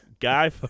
guy